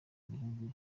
bihugu